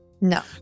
No